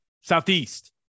Southeast